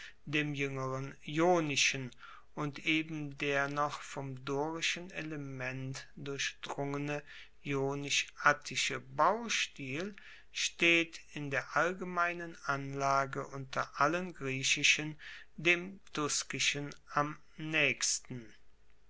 dem juengeren ionischen und eben der noch vom dorischen element durchdrungene ionisch attische baustil steht in der allgemeinen anlage unter allen griechischen dem tuskischen am naechsten